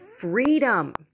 freedom